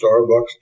Starbucks